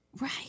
Right